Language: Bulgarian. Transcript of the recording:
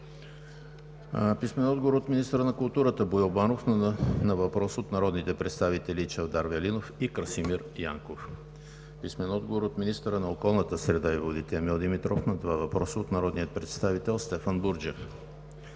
Димов Иванов; - министъра на културата Боил Банов на въпрос от народните представители Чавдар Велинов и Красимир Янков; - министъра на околната среда и водите Емил Димитров на два въпроса от народния представител Стефан Бурджев;